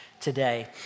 today